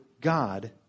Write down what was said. God